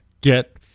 get